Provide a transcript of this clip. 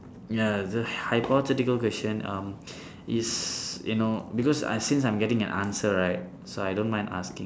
ya it's just hypothetical question um is you know because I since I'm getting an answer right so I don't mind asking